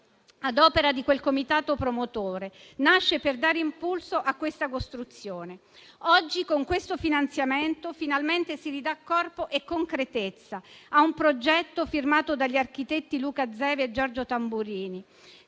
ad opera del comitato promotore, per dare impulso a questa costruzione. Oggi con questo finanziamento finalmente si ridà corpo e concretezza a un progetto firmato dagli architetti Luca Zevi e Giorgio Tamburini,